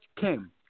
came